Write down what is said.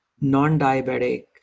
non-diabetic